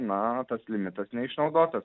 na tas limitas neišnaudotas